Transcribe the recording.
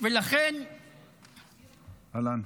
ולכן --- אהלן.